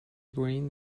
green